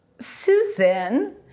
Susan